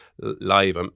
live